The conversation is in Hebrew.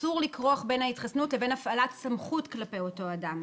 אסור לכרוך בין ההתחסנות לבין הפעלת סמכות כלפי אותו אדם.